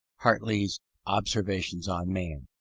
hartley's observations on man.